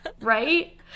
Right